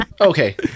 Okay